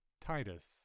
Titus